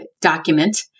document